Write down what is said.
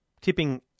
tipping